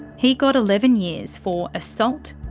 he got eleven years for assault,